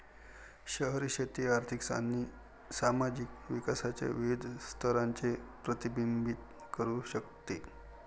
शहरी शेती आर्थिक आणि सामाजिक विकासाच्या विविध स्तरांचे प्रतिबिंबित करू शकते